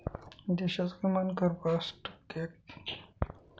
देशाचा किमान कर दर पाच टक्के आहे